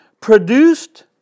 produced